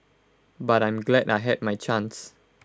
but I'm glad I had my chance